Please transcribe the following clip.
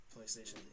PlayStation